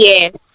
Yes